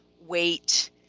weight